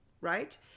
right